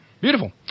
beautiful